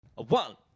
One